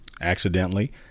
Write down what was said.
accidentally